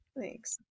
Thanks